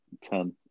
ten